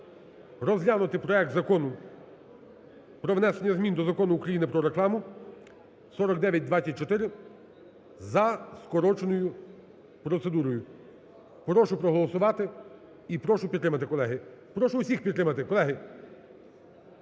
розглянути проект Закону про внесення змін до Закону України "Про рекламу" (4924) за скороченою процедурою. Прошу проголосувати і прошу підтримати, колеги. Прошу усіх підтримати, колеги!